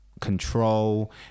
Control